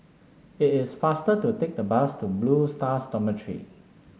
it is faster to take the bus to Blue Stars Dormitory